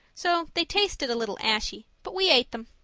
so they tasted a little ashy, but we ate them.